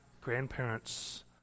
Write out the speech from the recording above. grandparents